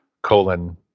Colon